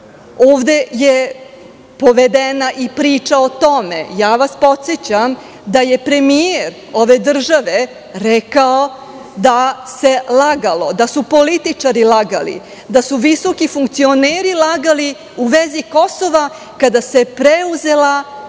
Ovde je povedena i priča o tome. Podsećam vas da je premijer ove države rekao da se lagalo, da su političari lagali, da su visoki funkcioneri lagali u vezi Kosova kada se preuzela politika